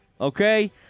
okay